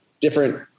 different